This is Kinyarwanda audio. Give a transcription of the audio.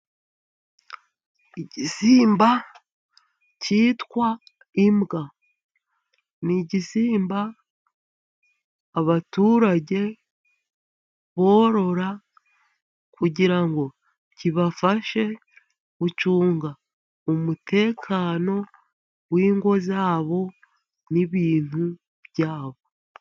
Igisimba kitwa imbwa. Ni igisimba abaturage borora, kugira ngo kibafashe gucunga umutekano w'ingo zabo, n'ibintu byabo.